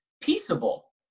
peaceable